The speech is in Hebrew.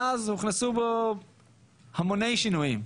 מאז הוכנסו בו המוני שינויים.